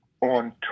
on